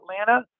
Atlanta